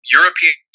European